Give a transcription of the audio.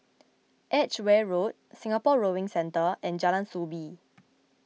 Edgeware Road Singapore Rowing Centre and Jalan Soo Bee